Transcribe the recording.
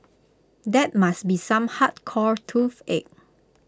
that must be some hardcore toothache